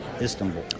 Istanbul